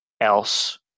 else